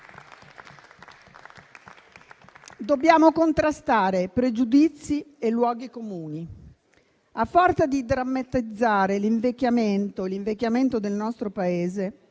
Dobbiamo contrastare pregiudizi e luoghi comuni. A forza di drammatizzare l'invecchiamento del nostro Paese,